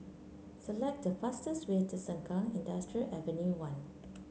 select the fastest way to Sengkang Industrial Avenue One